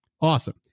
awesome